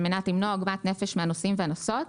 על מנת למנוע עוגמת נפש מן הנוסעים והנוסעות,